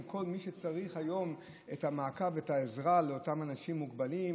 כל מי שצריך היום את המעקב ואת העזרה לאותם אנשים מוגבלים,